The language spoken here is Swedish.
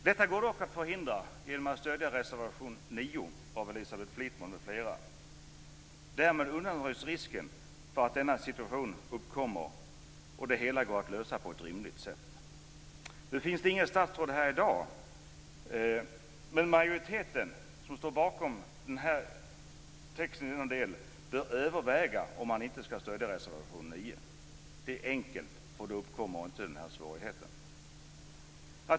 Detta går att förhindra genom att stödja reservation 9 av Elisabeth Fleetwood m.fl. Därmed undanröjs risken för att denna situation uppkommer, och det hela går att lösa på ett rimligt sätt. Det finns inget statsråd här i dag, men majoriteten som står bakom texten i denna del bör överväga om man inte skall stödja reservation 9. Det är enkelt - då uppkommer inte den här svårigheten.